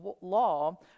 law